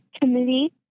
Committee